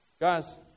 Guys